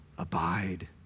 Abide